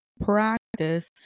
practice